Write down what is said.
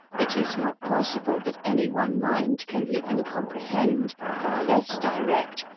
it is not possible that any one mind can even comprehend, far less direct,